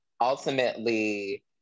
ultimately